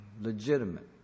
legitimate